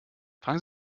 fragen